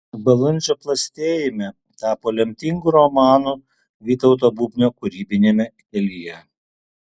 balandžio plastėjime tapo lemtingu romanu vytauto bubnio kūrybiniame kelyje